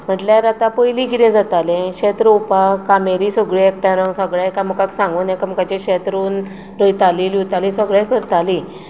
म्हणटल्यार आतां पयलीं कितें जातालें शेत रोवपाक कामेरी सगळीं एकठांय रावन सगळें एकामेकांक सांगून एकामेकांचे शेत रोयतालें लुंवतालीं सगळें करतालीं